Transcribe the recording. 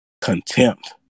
contempt